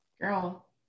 girl